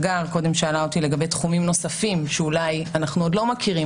הגר קודם שאלה אותי לגבי תחומים נוספים שאולי אנחנו עוד לא מכירים,